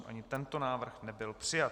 Ani tento návrh nebyl přijat.